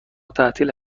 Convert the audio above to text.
تعطیل